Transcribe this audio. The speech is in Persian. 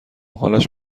حالش